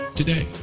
today